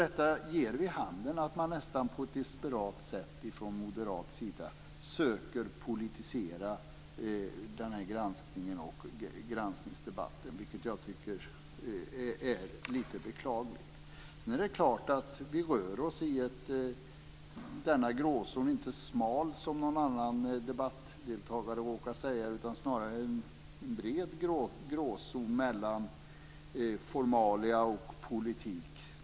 Detta ger vid handen att man nästan på ett desperat sätt från moderat sida söker politisera granskningen och granskningsdebatten, vilket jag tycket är lite beklagligt. Sedan är det klart att vi rör oss i en gråzon. Den är inte smal, som någon annan debattdeltagare råkade säga, utan det är snarare en bred gråzon mellan formalia och politik.